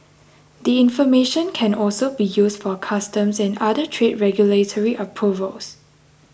the information can also be used for customs and other trade regulatory approvals